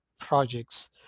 projects